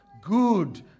Good